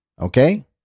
okay